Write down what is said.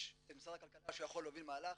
יש את משרד הכלכלה שיכול להוביל מהלך